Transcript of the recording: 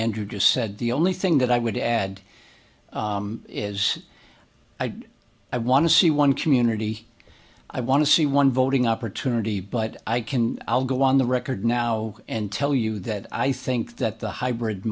andrew just said the only thing that i would add is i want to see one community i want to see one voting opportunity but i can i'll go on the record now and tell you that i think that the hybrid